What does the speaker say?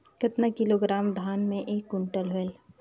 कतना किलोग्राम धान मे एक कुंटल होयल?